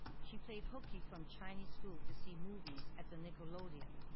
she played hooky from chinese school to see movies at the nickelodeon.